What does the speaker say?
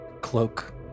cloak